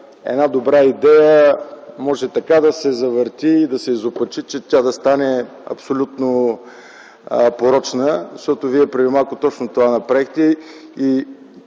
една добра идея може така да се завърти, да се изопачи, че тя да стане абсолютно порочна, защото Вие преди малко точно това направихте.